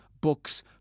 books